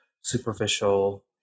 superficial